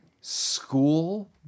school